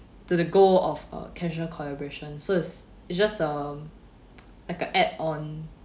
to the goal of a casual collaboration so it's it's just um like a add on